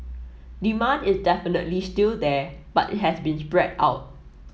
demand is definitely still there but it has been spread out